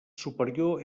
superior